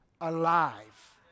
alive